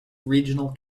regional